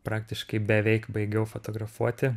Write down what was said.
praktiškai beveik baigiau fotografuoti